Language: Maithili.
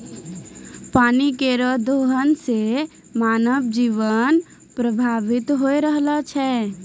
पानी केरो दोहन सें मानव जीवन प्रभावित होय रहलो छै